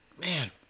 man